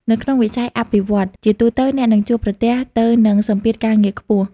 នៅក្នុងវិស័យអភិវឌ្ឍន៍ ជាទូទៅអ្នកនឹងជួបប្រទះទៅនឹង សម្ពាធការងារខ្ពស់។